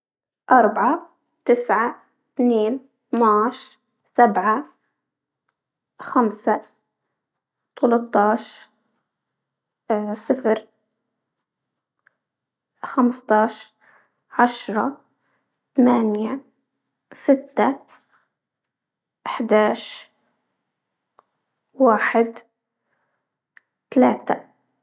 أربعة تسعة اتنين اتناش سبعة خمسة تلاتاش، اه صفر خمستاش عشرة تمانية ستة واحد تلاتة.